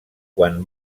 quan